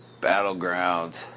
battlegrounds